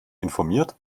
informiert